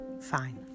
fine